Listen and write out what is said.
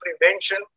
prevention